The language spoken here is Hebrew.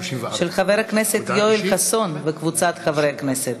של חבר הכנסת יואל חסון וקבוצת חברי הכנסת.